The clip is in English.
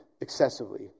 excessively